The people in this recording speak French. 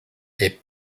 est